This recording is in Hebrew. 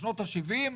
בשנות ה-70',